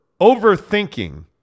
overthinking